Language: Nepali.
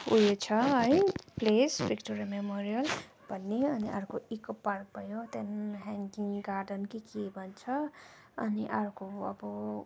उयो छ है प्लेस भिक्टोरिया मेमोरियल भन्ने अनि अर्को इको पार्क भयो त्यहाँदेखि ह्याङ्गिङ गार्डन कि के भन्छ अनि अर्को अब